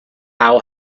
how